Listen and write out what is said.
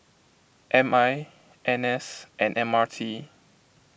M I N S and M R T